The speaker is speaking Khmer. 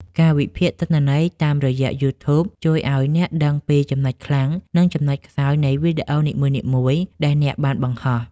ការវិភាគទិន្នន័យតាមរយៈ យូធូប ជួយឱ្យអ្នកដឹងពីចំណុចខ្លាំង និងចំណុចខ្សោយនៃវីដេអូនីមួយៗដែលអ្នកបានបង្ហោះ។